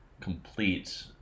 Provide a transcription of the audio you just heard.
complete